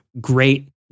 great